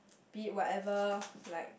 be it whatever like